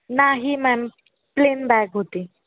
नाही ma'am plain bag होती